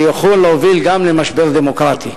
שיכול להוביל גם למשבר דמוקרטי,